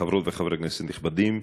חברות וחברי כנסת נכבדים,